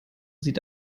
sieht